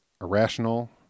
irrational